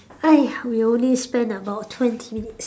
!aiya! we only spend about twenty minutes